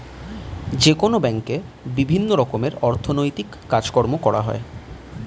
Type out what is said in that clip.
যেকোনো ব্যাঙ্কে বিভিন্ন রকমের অর্থনৈতিক কাজকর্ম করা হয়